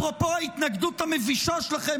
אפרופו ההתנגדות המבישה שלכם,